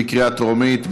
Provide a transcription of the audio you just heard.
בקריאה טרומית.